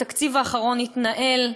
בתקציב האחרון התנהלו,